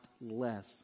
less